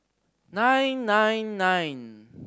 nine nine nine